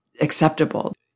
acceptable